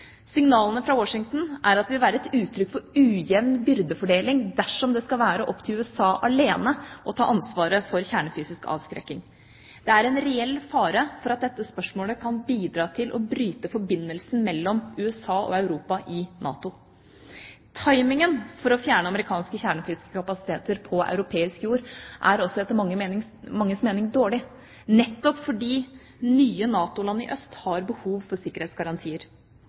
Signalene fra Washington er at det vil være et uttrykk for ujevn byrdefordeling dersom det skal være opp til USA alene å ta ansvaret for kjernefysisk avskrekking. Det er en reell fare for at dette spørsmålet kan bidra til å bryte forbindelsen mellom USA og Europa i NATO. Timingen for å fjerne amerikanske kjernefysiske kapasiteter på europeisk jord er også etter manges mening dårlig, nettopp fordi nye NATO-land i øst har behov for sikkerhetsgarantier.